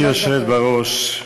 גברתי היושבת-ראש,